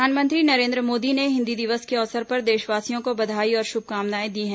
प्रधानमंत्री नरेन्द्र मोदी ने हिन्दी दिवस के अवसर पर देशवासियों को बधाई और शुभकामनाएं दी हैं